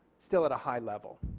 still at a high level.